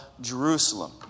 Jerusalem